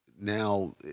now